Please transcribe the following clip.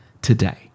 today